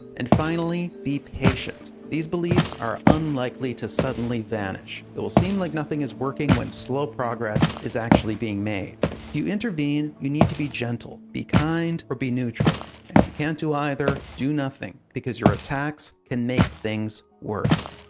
and finally, be patient. these beliefs are unlikely to suddenly vanish. it will seem like nothing is working when slow progress is actually being made. if you intervene, you need to be gentle. be kind or be neutral. and if you can't do either, do nothing, because your attacks can make things worse.